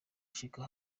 ashika